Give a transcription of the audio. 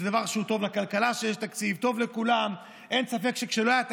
נכון, זה לא תקציב שאושר שנה אחרי שנה או שנתיים.